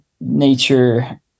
nature